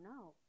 no